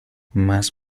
más